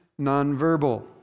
nonverbal